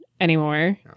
anymore